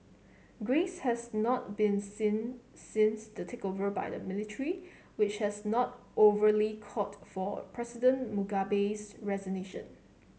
grace has not been seen since the takeover by the military which has not overly called for President Mugabe's resignation